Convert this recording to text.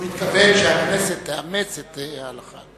הוא התכוון, שהכנסת תאמץ את ההלכה.